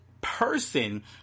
person